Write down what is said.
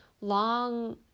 long